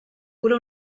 cura